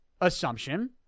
assumption